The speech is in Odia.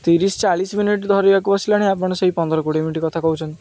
ତିରିଶ ଚାଳିଶ ମିନିଟ୍ ଧରିବାକୁ ଆସଲାଣି ଆପଣ ସେଇ ପନ୍ଦର କୋଡ଼ିଏ ମିନିଟ୍ କଥା କହୁଛନ୍ତି